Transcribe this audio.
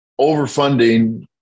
Overfunding